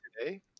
today